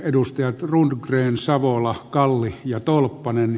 edustajat rundgren savola kalli ja tolppanen